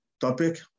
topic